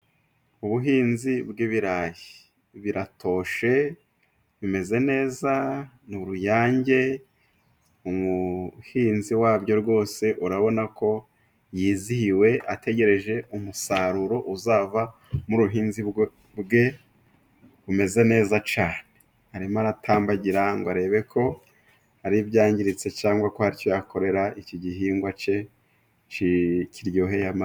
Ubuhinzi bw'ibirayi. Biratoshe bimeze neza, ni uruyange. Umuhinzi wabyo rwose urabona ko yizihiwe, ategereje umusaruro uzava mu buhinzi bwe bumeze neza cyane. Arimo aratambagira ngo arebe ko hari ibyangiritse cyangwa ko hari icyo yakorera iki gihingwa cye kiryoheye amaso.